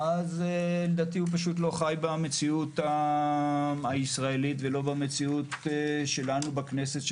אז לדעתי הוא פשוט לא חי במציאות הישראלית ולא במציאות שלנו בכנסת.